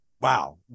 Wow